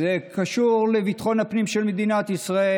זה קשור לביטחון הפנים של מדינת ישראל.